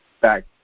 back